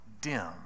dim